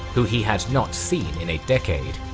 who he had not seen in a decade.